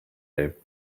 day